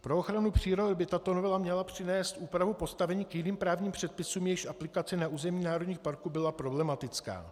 Pro ochranu přírody by tato novela měla přinést úpravu postavení k jiným právním předpisům, jejichž aplikace na území národních parků byla problematická.